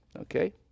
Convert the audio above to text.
Okay